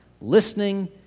Listening